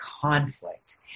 conflict